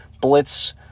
blitz